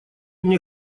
мне